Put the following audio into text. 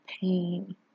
pain